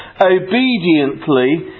obediently